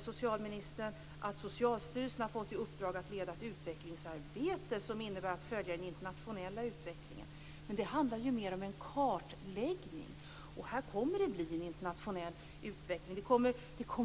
Socialministern svarar att Socialstyrelsen har fått i uppdrag att leda ett utvecklingsarbete som innebär att följa den internationella utvecklingen. Men det handlar ju mer om en kartläggning. Här kommer det att bli en internationell utveckling. Det kommer